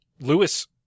Lewis